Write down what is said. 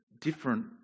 different